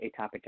atopic